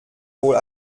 wohl